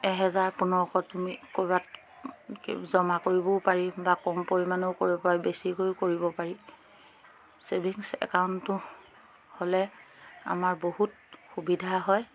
এহেজাৰ পোন্ধৰশ তুমি ক'ৰবাত জমা কৰিবও পাৰি বা কম পৰিমাণেও কৰিব পাৰি বেছিকৈও কৰিব পাৰি ছেভিংছ একাউণ্টটো হ'লে আমাৰ বহুত সুবিধা হয়